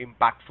impactful